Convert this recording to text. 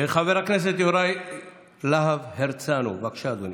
חבר הכנסת יוראי להב הרצנו, בבקשה, אדוני.